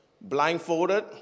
blindfolded